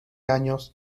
años